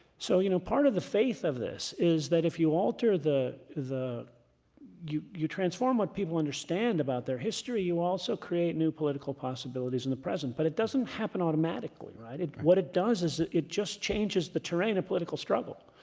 so you know part of the faith of this is that if you alter the the you you transform what people understand about their history, you also create new political possibilities in the present. but it doesn't happen automatically. what it does is it it just changes the terrain of political struggle.